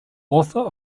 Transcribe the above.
author